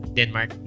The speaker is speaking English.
Denmark